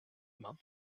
month